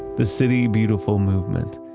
the city beautiful movement,